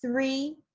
three,